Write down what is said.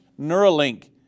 Neuralink